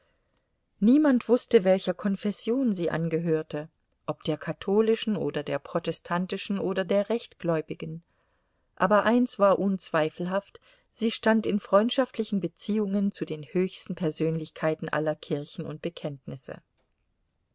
niemand wußte welcher konfession sie angehörte ob der katholischen oder der protestantischen oder der rechtgläubigen aber eins war unzweifelhaft sie stand in freundschaftlichen beziehungen zu den höchsten persönlichkeiten aller kirchen und bekenntnisse